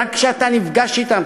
רק כשאתה נפגש אתם,